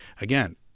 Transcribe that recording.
Again